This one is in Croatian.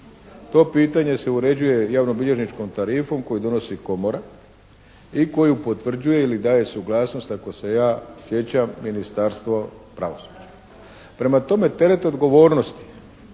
To pitanje se uređuje javnobilježničkom tarifom koju donosi Komora i koju potvrđuje ili daje suglasnost ako se ja sjećam Ministarstvo pravosuđa. Prema tome, teret odgovornosti,